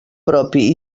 propi